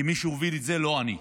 כי מי שהוביל את זה הוא לא אני.